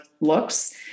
looks